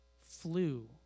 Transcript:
flew